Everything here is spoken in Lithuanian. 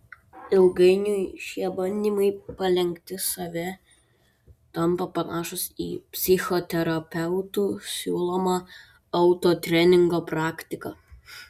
ilgainiui šie bandymai palenkti save tampa panašūs į psichoterapeutų siūlomą autotreningo praktiką